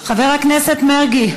חבר הכנסת מרגי,